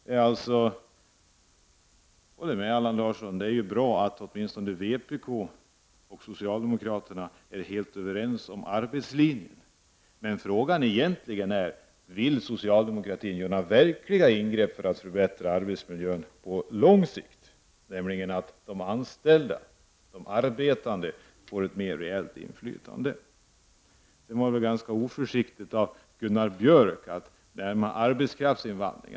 Jag håller med Allan Larsson om att det är bra att åtminstone vpk och socialdemokraterna är helt överens om arbetslivet. Men frågan är egentligen: Vill socialdemokratin göra några verkliga ingrepp för att förbättra arbetsmiljön på lång sikt? Det skulle innebära att de anställda, de arbetande, fick ett mer reellt inflytande. Det var väl ganska oförsiktigt av Gunnar Björk att ta upp arbetskraftsinvandringen.